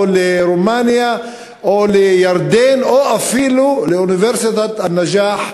לרומניה או לירדן או אפילו לאוניברסיטת א-נג'אח,